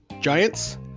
Giants